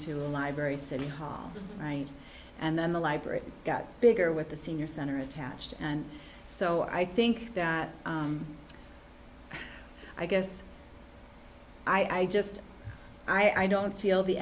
to a library city hall and then the library got bigger with the senior center attached and so i think that i guess i just i don't feel the